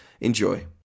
Enjoy